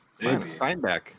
Steinbeck